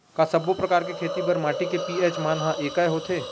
का सब्बो प्रकार के खेती बर माटी के पी.एच मान ह एकै होथे?